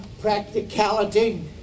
practicality